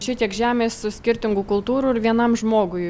šitiek žemės su skirtingų kultūrų ir vienam žmogui